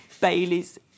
Bailey's